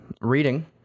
Reading